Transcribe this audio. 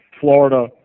Florida